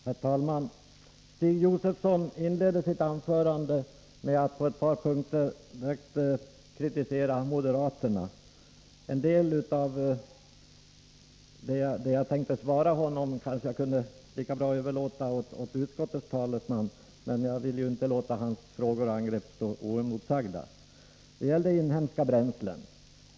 Herr talman! Stig Josefson inledde sitt anförande med att på ett par punkter kritisera moderaterna. En del av de frågor som jag tänker besvara kanske jag lika bra kunde ha överlåtit åt utskottets talesman, men jag vill inte låta Stig Josefsons angrepp stå oemotsagda. Jag börjar med frågan om inhemska bränslen.